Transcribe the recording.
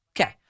Okay